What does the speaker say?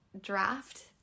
draft